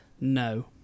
No